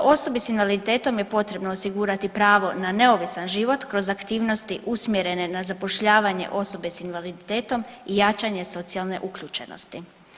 Za osobe sa invaliditetom je potrebno osigurati pravo na neovisan život kroz aktivnosti usmjerene na zapošljavanje osobe sa invaliditetom i jačanje socijalne uključenosti.